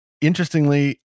interestingly